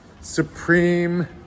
supreme